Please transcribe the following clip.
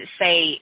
say